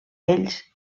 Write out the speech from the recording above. ells